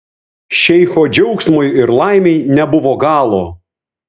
šeicho džiaugsmui ir laimei nebuvo galo